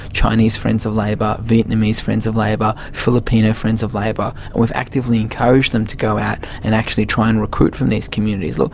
chinese friends of labor, vietnamese friends of labor, filipino friends of labor. we've actively encourage them to go out and actually try and recruit from these communities.